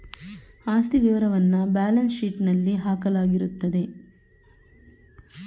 ಆಸ್ತಿ ವಿವರವನ್ನ ಬ್ಯಾಲೆನ್ಸ್ ಶೀಟ್ನಲ್ಲಿ ಹಾಕಲಾಗಿರುತ್ತದೆ